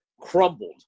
crumbled